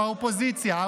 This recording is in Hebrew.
אופוזיציה,